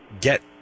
get